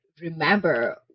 remember